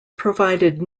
provided